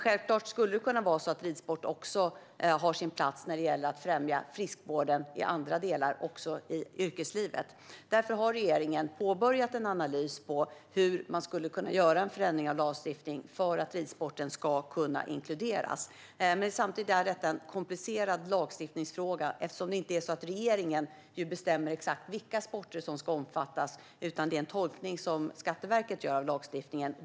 Givetvis skulle ridsporten kunna ha sin plats i främjandet av friskvården i andra delar, också i yrkeslivet. Därför har regeringen påbörjat en analys av hur man skulle kunna göra en förändring av lagstiftningen så att ridsporten kan inkluderas. Det är dock en komplicerad lagstiftningsfråga eftersom det inte är regeringen som bestämmer vilka sporter som ska omfattas, utan det är en tolkning som Skatteverket gör av lagstiftningen.